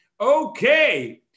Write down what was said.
Okay